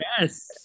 Yes